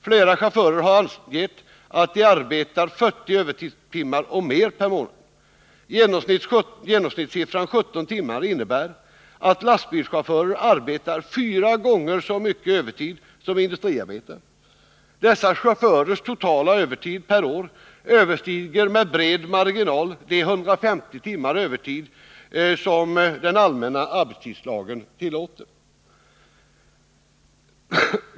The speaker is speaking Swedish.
Flera chaufförer har angett att de arbetar 40 övertidstimmar och mer per månad. Genomsnittssiffran 17 timmar innebär att lastbilschaufförer arbetar fyra gånger så mycket övertid som industriarbetare. Dessa chaufförers totala övertid per år överstiger med bred marginal de 150 timmar övertid som den allmänna arbetstidslagen tillåter.